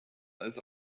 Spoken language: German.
als